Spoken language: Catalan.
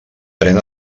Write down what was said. pren